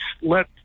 let